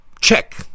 Check